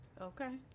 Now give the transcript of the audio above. Okay